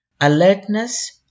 Alertness